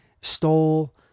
Stole